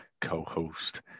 co-host